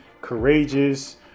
courageous